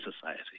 society